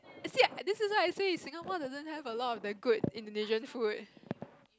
see that is what I say Singapore doesn't have a lot of the good Indonesian food